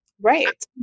Right